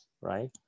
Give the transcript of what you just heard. right